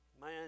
Man